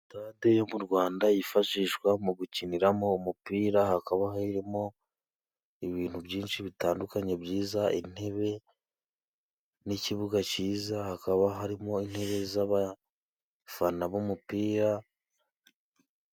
Sitade yo mu rwanda yifashishwa mu gukiniramo umupira. Hakaba hari harimo ibintu byinshi bitandukanye byiza intebe, n'ikibuga cyiza, hakaba harimo intebe z'abafana b'umupira.